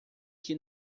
que